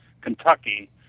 Kentucky